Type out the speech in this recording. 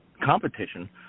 competition